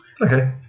Okay